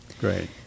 Great